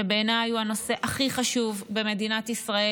שבעיניי הוא הנושא הכי חשוב במדינת ישראל.